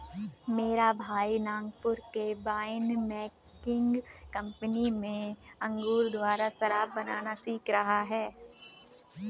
मेरा भाई नागपुर के वाइन मेकिंग कंपनी में अंगूर द्वारा शराब बनाना सीख रहा है